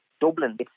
Dublin